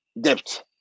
depth